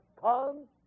come